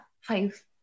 five